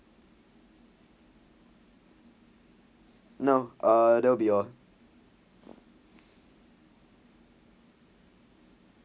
no ah they'll beyond